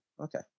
okay